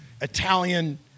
Italian